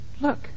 look